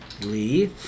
Lee